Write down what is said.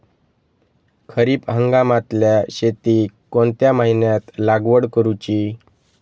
खरीप हंगामातल्या शेतीक कोणत्या महिन्यात लागवड करूची?